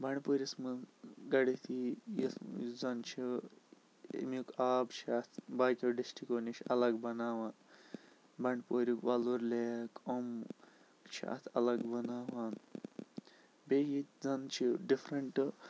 بَنٛڈپورِس منٛز گۄڈٕنیٚتھٕے یُس زَن چھ امیُک آب چھُ اَتھ باقِیو ڈِسٹرکو نِش اَلَگ بَناوان بَنٛڈپورِیُک وۄلُر لیک یِم چھِ اَتھ اَلَگ بَناوان بیٚیہِ ییٚتہِ زَن چھِ ڈِفرَنٹ